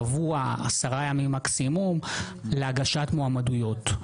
מדובר על שבוע עד 10 ימים מקסימום להגשת מועמדויות.